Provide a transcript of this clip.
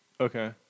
Okay